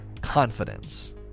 confidence